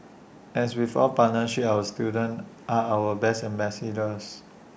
as with all partnerships our students are our best ambassadors